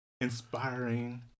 inspiring